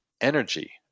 energy